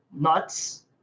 nuts